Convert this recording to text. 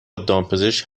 دامپزشک